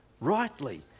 rightly